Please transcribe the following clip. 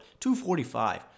245